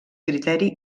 criteri